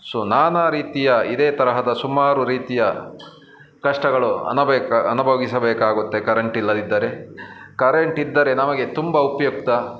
so ನಾನಾ ರೀತಿಯ ಇದೇ ತರಹದ ಸುಮಾರು ರೀತಿಯ ಕಷ್ಟಗಳು ಅನಭವಿಕ ಅನುಭವಿಸಬೇಕಾಗುತ್ತೆ ಕರೆಂಟ್ ಇಲ್ಲದಿದ್ದರೆ ಕರೆಂಟ್ ಇದ್ದರೆ ನಮಗೆ ತುಂಬ ಉಪಯುಕ್ತ